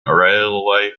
railway